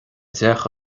deich